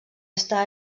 està